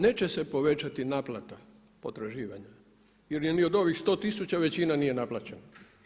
Neće se povećati naplata potraživanja, jer ni od ovih 100 tisuća većina nije naplaćena.